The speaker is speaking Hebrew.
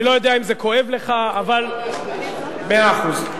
אני לא יודע אם זה כואב לך, אבל, מאה אחוז.